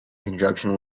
conjunction